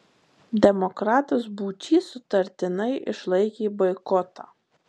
demokratas būčys sutartinai išlaikė boikotą